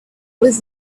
was